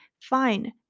Fine